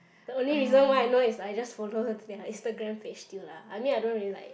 the only reason why I know is I just follow her Instagram page still lah I mean I don't like